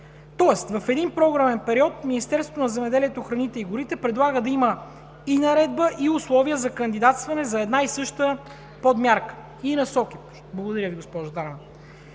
тоест в един програмен период Министерството на земеделието, храните и горите предлага да има и наредба, и условия за кандидатстване за една и съща подмярка (реплика от народния представител